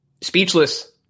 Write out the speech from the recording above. speechless